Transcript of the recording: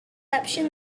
reception